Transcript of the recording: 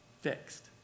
fixed